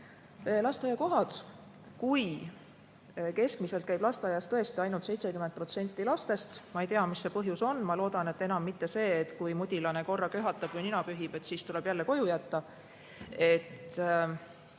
Lasteaiakohad. Kui keskmiselt käib lasteaias tõesti ainult 70% lastest – ma ei tea, mis see põhjus on, ma loodan, et enam mitte see, et kui mudilane korra köhatab või nina pühib, siis tuleb jälle koju jätta.